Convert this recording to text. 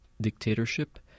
dictatorship